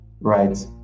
Right